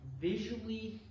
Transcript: visually